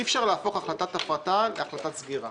אי אפשר להפוך החלטת הפרטה להחלטת סגירה